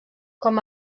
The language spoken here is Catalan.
com